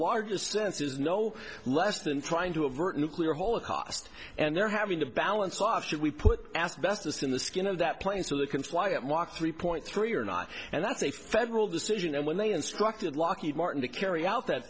largest sense is no less than trying to avert a nuclear holocaust and they're having to balance off should we put asbestos in the skin of that plane so they can fly at mach three point three or not and that's a federal decision and when they instructed lockheed martin to carry out that